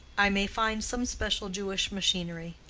i may find some special jewish machinery.